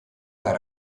per